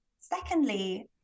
Secondly